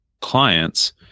clients